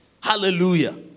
Hallelujah